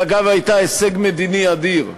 היא, אגב, הייתה הישג מדיני אדיר.